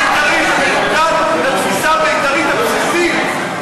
מנוגד לתפיסה בית"רית בסיסית.